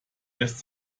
lässt